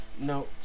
No